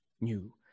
new